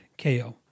KO